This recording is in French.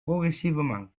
progressivement